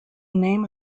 name